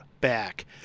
back